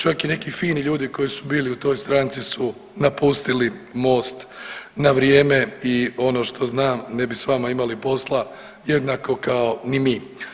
Čak i neki fini ljudi koji su bili u toj stranci su napustili MOST na vrijeme i ono što znam ne bi sa vama imali posla jednako kao ni mi.